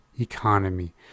economy